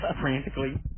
frantically